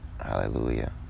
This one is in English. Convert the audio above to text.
Hallelujah